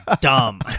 dumb